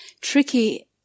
tricky